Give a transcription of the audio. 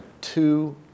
two